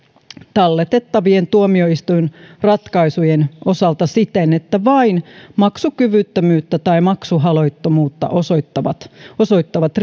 talletettavien tuomioistuinratkaisujen osalta siten että vain maksukyvyttömyyttä tai maksuhaluttomuutta osoittavat osoittavat